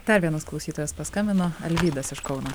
dar vienas klausytojas paskambino alvydas iš kauno